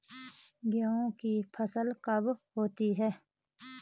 गेहूँ की फसल कब होती है?